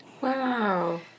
Wow